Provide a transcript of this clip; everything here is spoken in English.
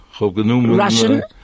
Russian